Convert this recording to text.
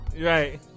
Right